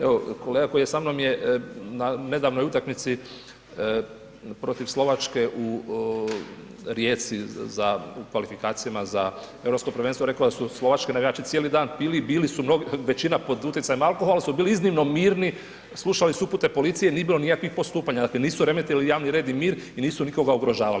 Evo kolega koji je sa mnom je nedavnoj utakmici protiv Slovačke u Rijeci za kvalifikacijama za europsko prvenstvo rekao da su Slovački navijači pili i bili većina pod utjecajem alkohola ali su bili iznimno mirni, slušali su upute policije i nije bilo nikakvih postupanja, dakle nisu remetili javni red i mir i nisu nikoga ugrožavali.